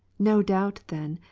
no doubt then,